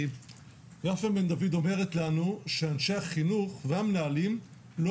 יפה בן דוד אומרת לנו שאנשי החינוך והמנהלים לא